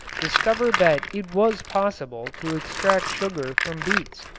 discovered that it was possible to extract sugar from beets.